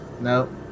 Nope